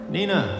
Nina